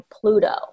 Pluto